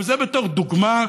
אבל זה בתור דוגמה,